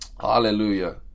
Hallelujah